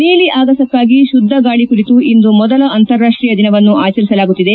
ನೀಲಿ ಆಗಸಕ್ಕಾಗಿ ಶುಧಗಾಳಿ ಕುರಿತು ಇಂದು ಮೊದಲ ಅಂತಾರಾಷ್ಷೀಯ ದಿನವನ್ನು ಆಚರಿಸಲಾಗುತ್ತಿದೆ